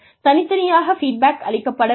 தனித்தனியாக ஃபீட்பேக் அளிக்கப்பட வேண்டும்